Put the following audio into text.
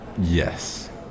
Yes